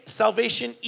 salvation